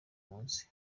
munsi